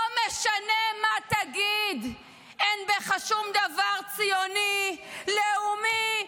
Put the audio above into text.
לא משנה מה תגיד, אין בך שום דבר ציוני, לאומי,